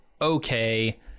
okay